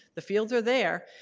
the fields are there,